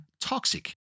toxic